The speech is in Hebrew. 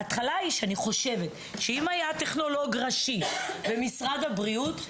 אם היה טכנולוג ראשי במשרד הבריאות,